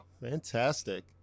Fantastic